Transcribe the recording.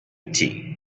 tee